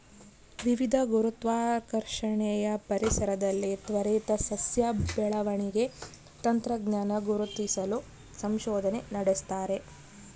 ವಿವಿಧ ಗುರುತ್ವಾಕರ್ಷಣೆಯ ಪರಿಸರದಲ್ಲಿ ತ್ವರಿತ ಸಸ್ಯ ಬೆಳವಣಿಗೆ ತಂತ್ರಜ್ಞಾನ ಗುರುತಿಸಲು ಸಂಶೋಧನೆ ನಡೆಸ್ತಾರೆ